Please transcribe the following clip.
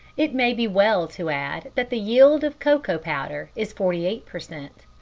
it may be well to add that the yield of cocoa powder is forty eight per cent.